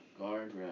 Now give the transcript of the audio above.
guardrail